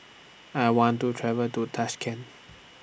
I want to travel to Tashkent